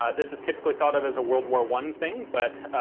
ah this is typically thought of as a world war one thing, but.